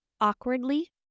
Awkwardly